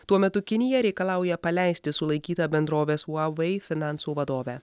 tuo metu kinija reikalauja paleisti sulaikytą bendrovės huawei finansų vadovę